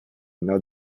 not